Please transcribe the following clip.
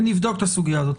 ונבדוק את הסוגיה הזאת.